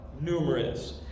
numerous